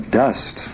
dust